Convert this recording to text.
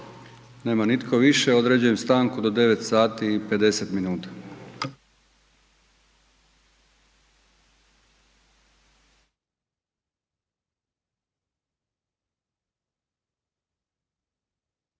Nema nitko više. Određujem stanku do 9 sati i 50 minuta.